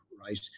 right